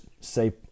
say